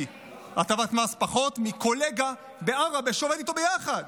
פחות הטבת מס מקולגה בעראבה שעובד איתו יחד